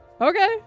Okay